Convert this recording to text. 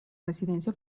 residencia